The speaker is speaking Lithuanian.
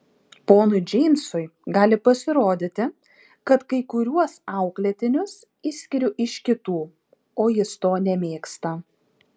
ponui džeimsui gali pasirodyti kad kai kuriuos auklėtinius išskiriu iš kitų o jis to nemėgsta